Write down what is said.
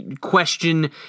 question